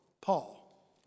Paul